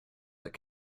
that